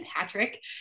Patrick